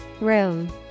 Room